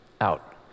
out